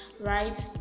right